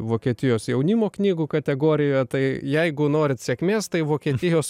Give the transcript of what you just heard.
vokietijos jaunimo knygų kategorijo tai jeigu norit sėkmės tai vokietijos